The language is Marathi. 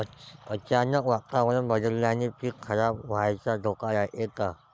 अचानक वातावरण बदलल्यानं पीक खराब व्हाचा धोका रायते का?